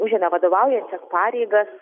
užėmė vadovaujančias pareigas